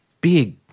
big